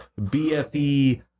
BFE